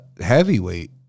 heavyweight